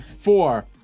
Four